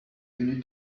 venu